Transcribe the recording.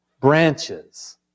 branches